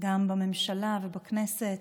גם בממשלה ובכנסת.